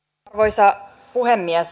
arvoisa puhemies